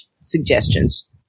suggestions